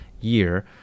year